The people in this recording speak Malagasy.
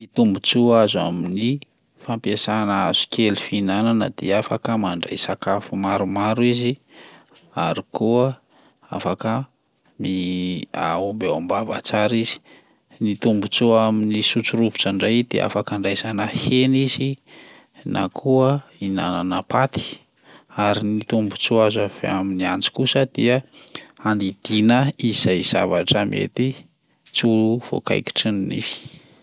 Ny tombontsoa azo amin'ny fampiasana hazokely fihinana dia afaka mandray sakafo maromaro izy ary koa afaka mi a- omby ao am-bava tsara izy. Ny tombontsoa amin'ny sotrorovitra indray dia afaka andraisana hena izy na koa ihinanana paty, ary ny tombontsoa azo avy amin'ny antsy kosa dia andidiana izay zavatra mety tsy ho voakaikitry ny nify.